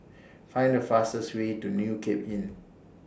Find The fastest Way to New Cape Inn